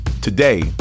Today